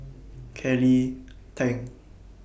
Kelly Tang